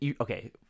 Okay